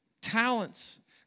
Talents